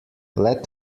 let